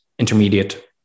Intermediate